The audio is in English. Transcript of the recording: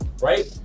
right